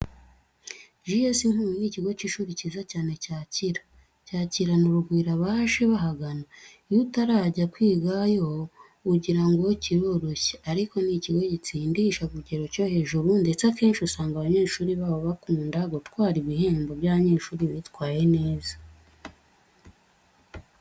G.S Nkubi ni ikigo cy'ishuri cyiza cyane cyakira cyakirana urugwiro abaje bahagana. Iyo utarajya kwigayo ugira ngo kiroroshye ariko ni ikigo gitsindisha ku kigero cyo hejuru ndetse akenshi usanga abanyeshuri baho bakunda gutwara ibihembo by'abanyeshuri bitwaye neza.